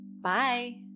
Bye